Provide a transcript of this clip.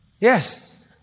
Yes